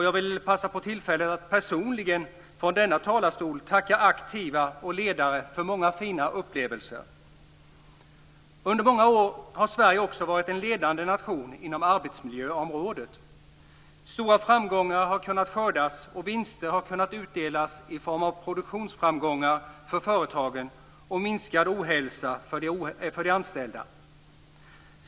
Jag vill passa på tillfället att personligen från denna talarstol tacka aktiva och ledare för många fina upplevelser. Under många år har Sverige också varit en ledande nation inom arbetsmiljöområdet. Stora framgångar har kunnat skördas, och vinster har kunnat tas ut i form av produktionsframgångar för företagen och minskad ohälsa för de anställda.